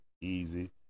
easy